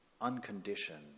unconditioned